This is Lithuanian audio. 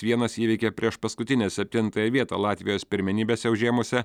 vienas įveikė priešpaskutinę septintąją vietą latvijos pirmenybėse užėmusią